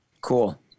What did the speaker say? Cool